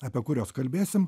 apie kuriuos kalbėsim